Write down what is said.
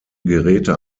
geräte